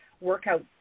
workout